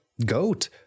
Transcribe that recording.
Goat